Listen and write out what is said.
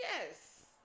Yes